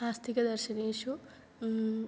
आस्तिकदर्शनेषु